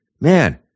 Man